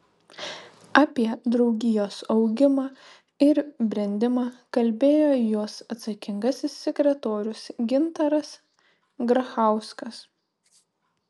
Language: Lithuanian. apie draugijos augimą ir brendimą kalbėjo jos atsakingasis sekretorius gintaras grachauskas